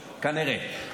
כנראה.